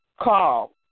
call